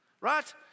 right